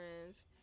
friends